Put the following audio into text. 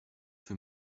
für